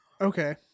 Okay